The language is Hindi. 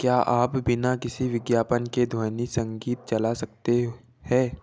क्या आप बिना किसी विज्ञापन के ध्वनि संगीत चला सकते है